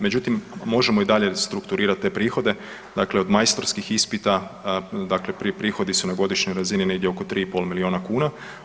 Međutim, možemo i dalje strukturirati te prihode, dakle od majstorskih ispita, dakle prije prihodi su na godišnjoj razini negdje oko 3,5 miliona kuna.